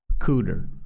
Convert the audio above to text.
Cooter